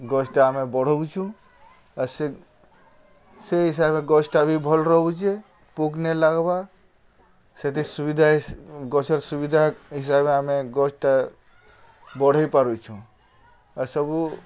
ଗଛ୍ଟା ଆମେ ବଢ଼ଉଛୁଁ ଆଉ ସେ ହିସାବେ ଗଛ୍ଟା ବି ଭଲ୍ ରହୁଛେ ପୋକ୍ ନାଇ ଲାଗ୍ବାର୍ ସେଥିର୍ ସୁବିଧା ଗଛ୍ର ସୁବିଧା ହିସାବେ ଆମେ ଗଛ୍ଟା ବଢ଼େଇ ପାରୁଛୁଁ ଆର୍ ସବୁ